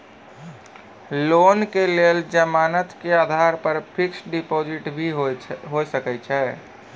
Loan के लेल जमानत के आधार पर फिक्स्ड डिपोजिट भी होय सके छै?